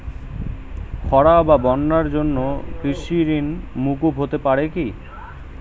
খরা বা বন্যার জন্য কৃষিঋণ মূকুপ হতে পারে কি?